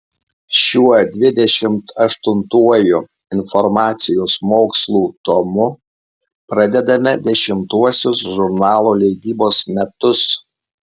šiuo dvidešimt aštuntuoju informacijos mokslų tomu pradedame dešimtuosius žurnalo leidybos metus